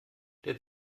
der